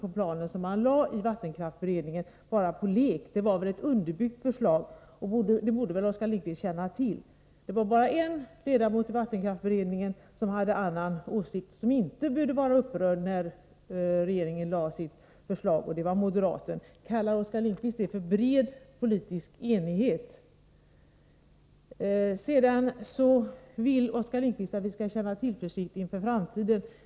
Vattenkraftsberedningen kom väl inte med sitt förslag till omfattning bara på lek — det var väl ett underbyggt förslag? Det borde Oskar Lindkvist känna till. Bara en av ledamöterna i vattenkraftsberedningen hade en annan åsikt och behövde inte vara upprörd när regeringen lade fram sitt förslag, och det var moderaten. Kallar Oskar Lindkvist detta bred politisk enighet? Oskar Lindkvist vill att vi skall känna tillförsikt inför framtiden.